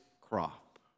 crop